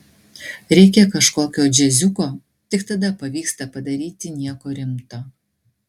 reikia kažkokio džiaziuko tik tada pavyksta padaryti nieko rimto